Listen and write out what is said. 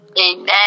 Amen